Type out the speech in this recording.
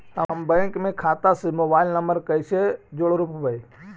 हम बैंक में खाता से मोबाईल नंबर कैसे जोड़ रोपबै?